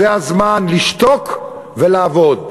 זה הזמן לשתוק ולעבוד.